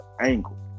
angle